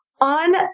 On